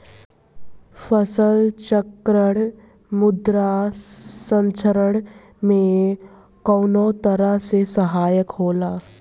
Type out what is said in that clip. फसल चक्रण मृदा संरक्षण में कउना तरह से सहायक होला?